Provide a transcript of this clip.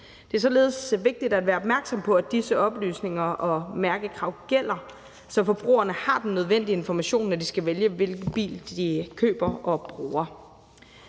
Det er således vigtigt at være opmærksom på, at disse oplysninger og mærkekrav gælder, så forbrugerne har den nødvendige information, når de skal vælge, hvilken bil de skal købe og bruge.